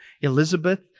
Elizabeth